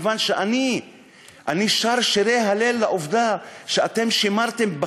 מכיוון שאני שר שירי הלל לעובדה שאתם שימרתם,